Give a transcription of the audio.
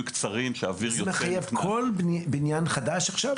קצרים --- זה מחייב כל בניין חדש עכשיו?